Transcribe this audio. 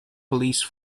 police